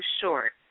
short